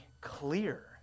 clear